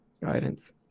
Guidance